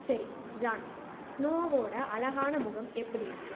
சிரி Jon ஸ்னோவோட அழகான முகம் எப்படி இருக்குது